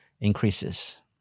increases